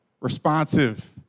responsive